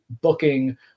booking